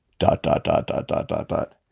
dot, dot, dot, dot, dot, dot, dot.